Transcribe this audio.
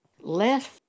left